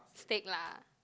steak lah